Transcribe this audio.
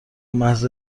محض